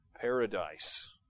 paradise